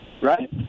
right